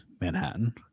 Manhattan